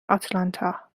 آتلانتا